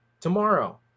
tomorrow